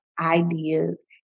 ideas